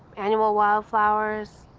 annual wildflowers,